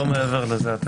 לא מעבר לזה.